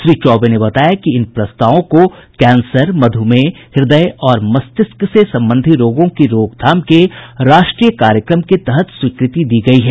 श्री चौबे ने बताया कि इन प्रस्तावों को कैंसर मधुमेह हृदय और मस्तिष्क से संबंधी रोगों की रोकथाम के राष्ट्रीय कार्यक्रम के तहत स्वीकृति दी गई हैं